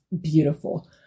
beautiful